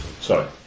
Sorry